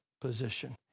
position